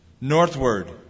northward